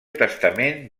testament